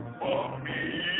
Mommy